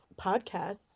podcasts